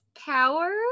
power